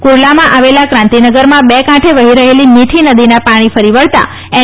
કુરલામાં આવેલા ક્રાંતિનગરમાં બે કાંઠે વહી રહેલી મીઠી નદીના પાણી ફરી વળતા એન